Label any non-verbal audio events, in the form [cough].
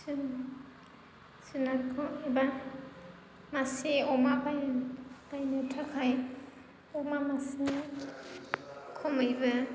सोरनि [unintelligible] बा मासे अमा बायनो बायनो थाखाय अमा मासे खमैबो